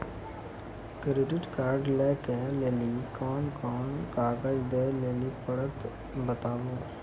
Credit card लै के लेली कोने कोने कागज दे लेली पड़त बताबू?